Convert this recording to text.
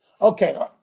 Okay